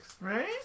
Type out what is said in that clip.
Right